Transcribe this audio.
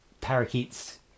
parakeets